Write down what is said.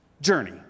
journey